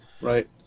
right